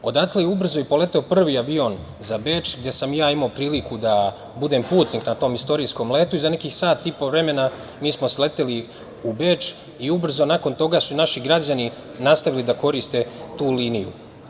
Odatle je ubrzo poleteo i prvi avion za Beč gde sam i ja imao priliku da budem putnik na tom istorijskom letu i za nekih sat i po vremena mi smo sleteli u Beč i ubrzo su nakon toga naši građani nastavili da koriste tu liniju.